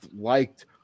liked